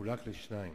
מחולקים לשניים: